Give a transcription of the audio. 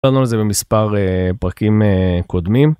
על זה במספר אה.. פרקים אה.. קודמים.